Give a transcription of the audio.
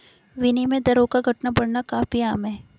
विनिमय दरों का घटना बढ़ना काफी आम है